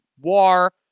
war